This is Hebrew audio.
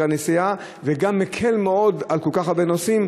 הנסיעה וגם מקל מאוד על כל כך הרבה נוסעים,